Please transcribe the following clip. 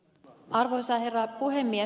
arvoisa herra puhemies